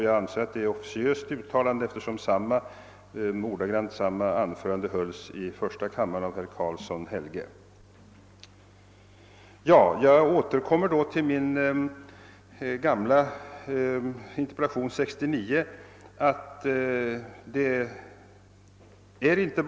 Jag tar för givet att detta är ett officiöst utalande, eftersom ordagrant samma anförande hölls i första kammaren av herr Helge Karlsson. Jag återkommer till den interpellation jag ställde 1969.